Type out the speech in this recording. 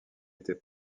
était